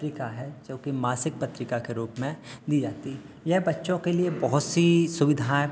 पत्रिका है क्योंकि मासिक पत्रिका के रूप में ली जाती है यह बच्चों के लिए बहुत सी सुविधाएँ